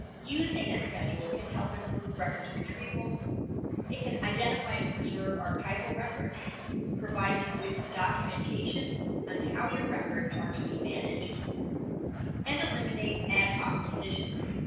using a schedule can help improve records retrieval it can identify and preserve archival records provide you with documentation on how your records are to be managed and eliminate ad hoc decisions